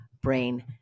brain